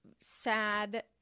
sad